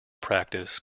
practice